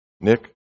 Nick